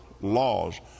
laws